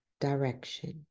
direction